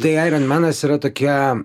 tai aironmenas yra tokia